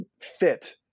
fit